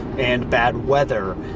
and bad weather,